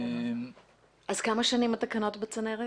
כמה שנים התקנות בצנרת?